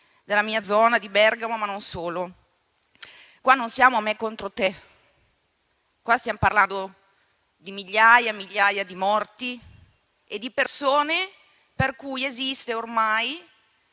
della mia zona, di Bergamo, ma non solo. Qua non siamo a me contro te, stiamo parlando di migliaia e migliaia di morti e di persone, tra cui anche la